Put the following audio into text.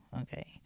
okay